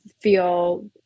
feel